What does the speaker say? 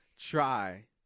try